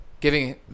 giving